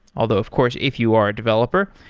although of course if you are a developer,